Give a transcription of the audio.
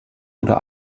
oder